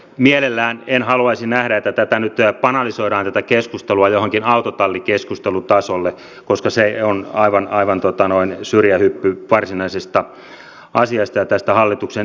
mielellään en haluaisi nähdä että tätä keskustelua nyt banalisoidaan jollekin autotallikeskustelutasolle koska se on aivan syrjähyppy varsinaisesta asiasta ja tästä hallituksen esityksestä